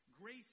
grace